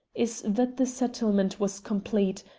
is that the settlement was complete.